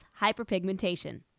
hyperpigmentation